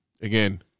Again